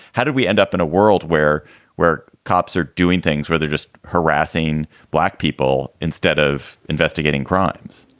how did we end up in a world where where cops are doing things, where they're just harassing black people instead of investigating crimes?